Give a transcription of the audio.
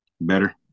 better